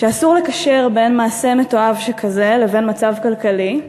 שאסור לקשר בין מעשה מתועב שכזה לבין מצב כלכלי,